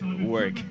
work